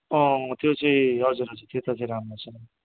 अँ त्यो चाहिँ हजुर हजुर त्यता चाहिँ राम्रो छ